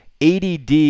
ADD